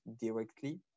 directly